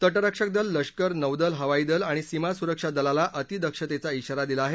तटरक्षक दल लष्कर नौदल हवाई दल आणि सीमा सुरक्षा दलाला अतिदक्षतेचा शिवारा दिला आहे